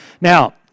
Now